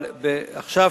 אבל עכשיו,